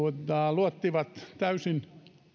luottivat täysin